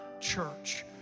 church